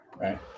right